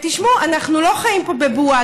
תשמעו, אנחנו לא חיים פה בבועה.